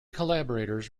collaborators